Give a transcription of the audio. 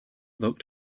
looked